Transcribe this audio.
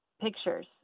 pictures